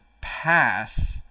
pass